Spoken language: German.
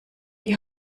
die